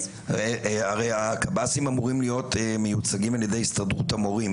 הרי הקב"סים אמורים להיות מיוצגים על ידי הסתדרות המורים.